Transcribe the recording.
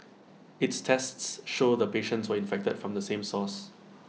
its tests showed the patients were infected from the same source